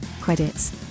Credits